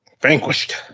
Vanquished